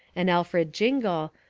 an alfred jingle,